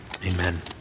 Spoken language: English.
Amen